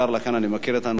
לכן אני מכיר את הנושא.